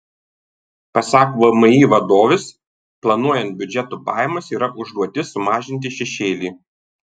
pasak vmi vadovės planuojant biudžeto pajamas yra užduotis sumažinti šešėlį